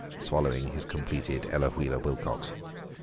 swallowing his completed ella wheeler wilcox.